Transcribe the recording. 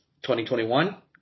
2021